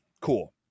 Cool